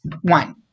One